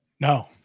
no